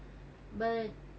but